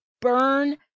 burn